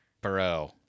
Bro